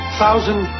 thousand